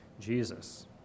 Jesus